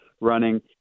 running